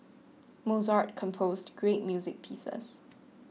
Mozart composed great music pieces